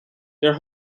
their